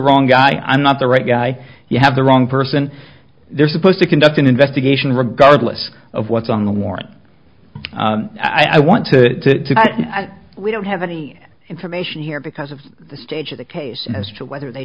wrong guy i'm not the right guy you have the wrong person they're supposed to conduct an investigation regardless of what's on the warrant i want to we don't have any information here because of the stage of the case as to whether they